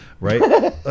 Right